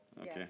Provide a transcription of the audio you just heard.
Okay